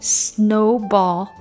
snowball